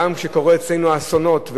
גם כשקורים אצלנו אסונות,